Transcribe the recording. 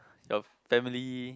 your family